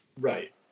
Right